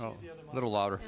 h a little louder